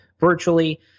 virtually